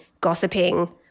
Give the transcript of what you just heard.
gossiping